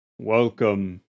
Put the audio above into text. Welcome